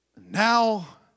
Now